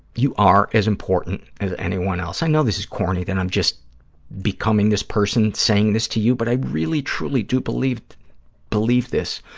you are as important as anyone else. i know this is corny, that i'm just becoming this person saying this to you, but i really, truly do believe believe this.